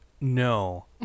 no